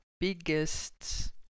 biggest